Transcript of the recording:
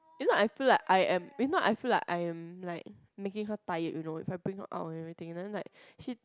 if not I feel like I am if not I feel like I am like making her tired you know if I bring her out and everything then like she